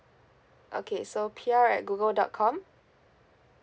okay so P R at Google dot com